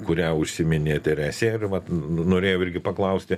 kurią užsiminė teresė ir vat norėjau irgi paklausti